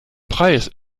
preis